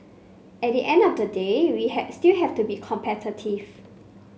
at the end of the day we still have to be competitive